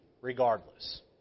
regardless